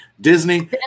Disney